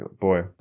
boy